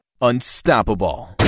unstoppable